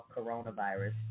coronavirus